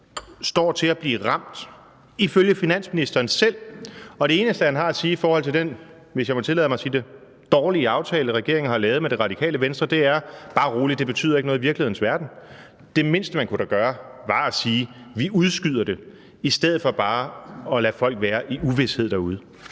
selv til at blive ramt, og det eneste, han har at sige om den, hvis jeg må tillade mig at sige det, dårlige aftale, regeringen har lavet med Det Radikale Venstre, er: Bare rolig, det betyder ikke noget i virkelighedens verden. Det mindste, man da kunne gøre, var at sige, at man udskyder det, i stedet for bare at lade folk være i uvished derude.